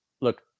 look